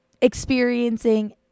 experiencing